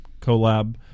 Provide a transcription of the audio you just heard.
collab